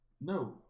No